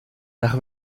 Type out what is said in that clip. nach